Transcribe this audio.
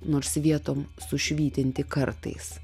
nors vietom sušvytinti kartais